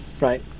right